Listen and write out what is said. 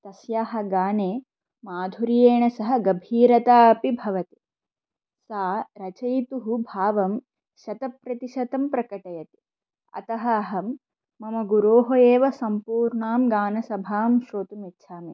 तस्याः गाने माधुर्येण सह गभीरता अपि भवति सा रचयितुः भावं शतप्रतिशतं प्रकटयति अतः अहं मम गुरोः एव सम्पूर्णां गानसभां श्रोतुम् इच्छामि